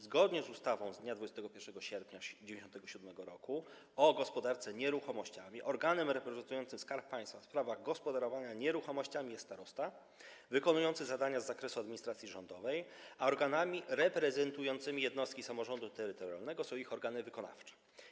Zgodnie z ustawą z dnia 21 sierpnia 1997 r. o gospodarce nieruchomościami organem reprezentującym Skarb Państwa w sprawach gospodarowania nieruchomościami jest starosta, wykonujący zadania z zakresu administracji rządowej, a organami reprezentującymi jednostki samorządu terytorialnego są ich organy wykonawcze.